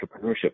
entrepreneurship